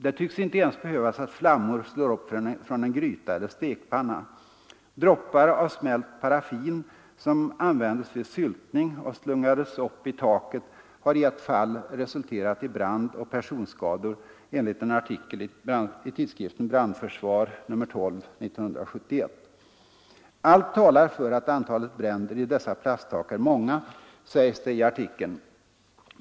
Det tycks inte ens behövas att flammor slår upp från en gryta eller en stekpanna. Droppar av smält paraffin, som användes vid syltning och slungades upp i taket, har i ett fall resulterat i brand och personskador, enligt en artikel i tidskriften Brandförsvar nr 12 år 1971. ”Allt talar för att antalet bränder i dessa plasttak är många”, sägs det i artikeln.